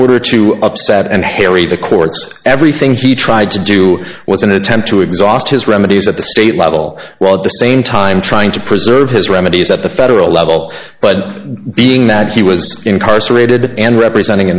order to upset and harry the courts everything he tried to do was an attempt to exhaust his remedies at the state level while at the same time trying to preserve his remedies at the federal level but being that he was incarcerated and representing